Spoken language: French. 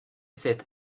cet